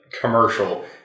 commercial